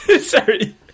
Sorry